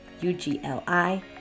U-G-L-I